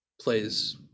plays